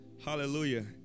Hallelujah